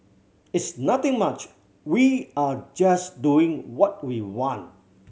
it's nothing much we are just doing what we want